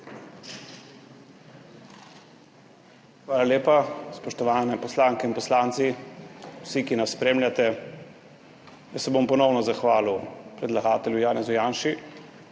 Hvala lepa. Spoštovane poslanke in poslanci, vsi, ki nas spremljate! Ponovno se bom zahvalil predlagatelju Janezu Janši